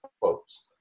quotes